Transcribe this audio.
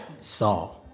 saw